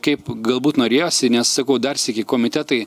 kaip galbūt norėjosi nes dar sykį komitetai